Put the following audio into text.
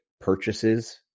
purchases